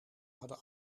hadden